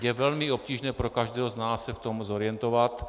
Je velmi obtížné pro každého z nás se v tom zorientovat.